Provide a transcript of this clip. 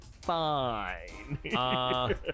fine